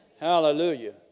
Hallelujah